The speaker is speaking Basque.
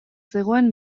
zegoen